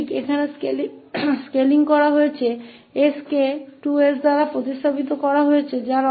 तो यह वास्तव में यहाँ की गई स्केलिंग है s को 2𝑠 से बदल दिया जाता है जिसका अर्थ है कि हमारा 𝑎 2 है